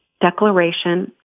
declaration